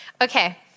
Okay